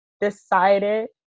decided